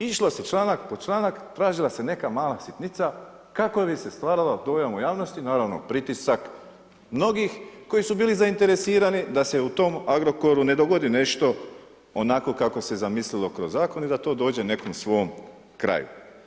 Išlo se članak po članak, tražila se neka mala sitnica kako bi se stvorio dojam u javnosti, naravno pritisak mnogih koji su bili zainteresirani da se u tom Agrokoru ne dogodi nešto onako kako se zamislilo kroz zakon i da to dođe nekom svom kraju.